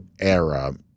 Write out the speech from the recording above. era